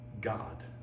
God